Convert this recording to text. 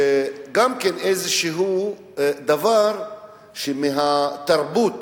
גם איזשהו דבר מהתרבות